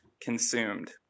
consumed